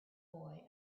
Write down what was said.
boy